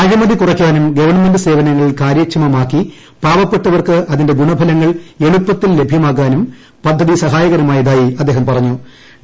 അഴിമതി കുറയ്ക്കാനും ഗവൺമെന്റ് സേവനങ്ങൾ കാര്യക്ഷമമാക്കി പാവപ്പെട്ടവർക്ക് അതിന്റെ ഗുണഫലങ്ങൾ എളുപ്പത്തിൽ ലഭ്യമാക്കാനും പദ്ധതി സഹായകരമായതായി അദ്ദേഹം അഭിപ്രായപ്പെട്ടു